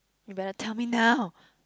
you better tell me now